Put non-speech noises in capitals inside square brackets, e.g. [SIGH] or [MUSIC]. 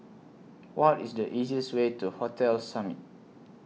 [NOISE] What IS The easiest Way to Hotel Summit